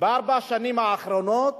בארבע השנים האחרונות